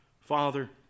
Father